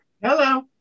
Hello